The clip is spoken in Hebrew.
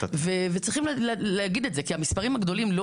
צריכים להגיד את זה כי המספרים הגדולים לא